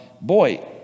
Boy